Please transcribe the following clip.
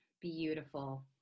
beautiful